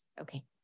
Okay